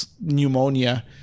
pneumonia